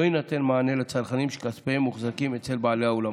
יינתן מענה לצרכנים שכספיהם מוחזקים אצל בעלי האולמות.